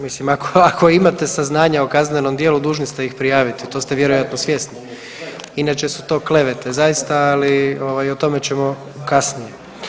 Mislim, ako, ako imate saznanja o kaznenom djelu, dužni ste iz prijaviti, to ste vjerojatno svjesni, inače su to klevete zaista, ali ovaj, o tome ćemo kasnije.